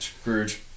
Scrooge